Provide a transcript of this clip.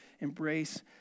embrace